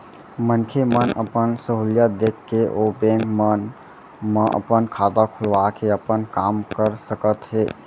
मनखे मन अपन सहूलियत देख के ओ बेंक मन म अपन खाता खोलवा के अपन काम कर सकत हें